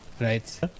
right